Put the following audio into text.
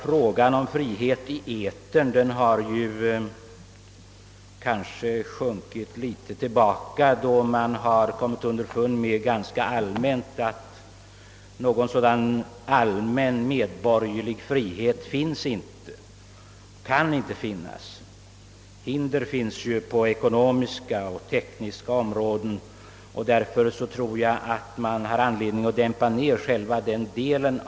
Frågan om frihet i etern har kanske sjunkit något tillbaka, då man ganska allmänt kommit underfund om att någon sådan allmän medborgerlig frihet inte finns och inte kan finnas. Hinder förekommer ju på det ekonomiska och det tekniska området, och därför tror jag vi har anledning att dämpa ned debatten i denna del.